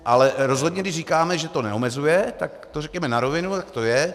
Ale rozhodně když říkáme, že to neomezuje, tak to řekněme na rovinu, tak to je.